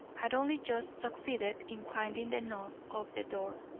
had only just succeeded in finding the knob of the door.